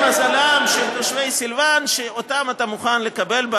מזלם של תושבי סלוואן, שאותם אתה מוכן לקבל.